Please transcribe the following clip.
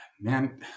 man